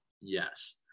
Yes